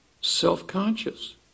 self-conscious